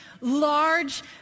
large